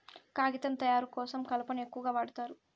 కాగితం తయారు కోసం కలపను ఎక్కువగా వాడుతారు